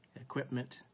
equipment